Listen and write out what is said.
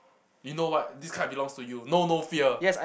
you know what this card belongs to you know no fear